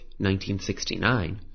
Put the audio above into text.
1969